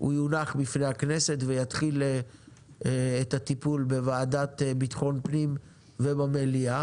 הוא יונח בפני הכנסת ויתחיל את הטיפול בוועדת ביטחון פנים ובמליאה.